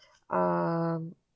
um